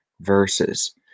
verses